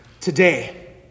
Today